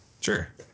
Sure